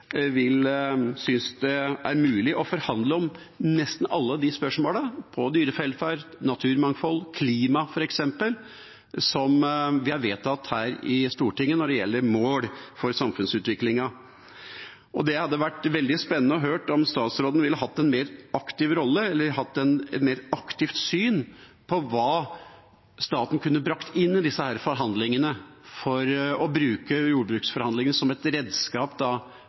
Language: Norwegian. synes det er mulig å forhandle om nesten alle spørsmål når det gjelder dyrevelferd, naturmangfold og klima f.eks., som vi har vedtatt her i Stortinget når det gjelder mål for samfunnsutviklingen. Det hadde vært veldig spennende å høre om statsråden ville hatt en mer aktiv rolle eller et mer aktivt syn på hva staten kunne brakt inn i disse forhandlingene for å bruke jordbruksforhandlingene som et redskap